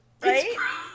right